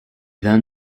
then